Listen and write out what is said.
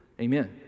Amen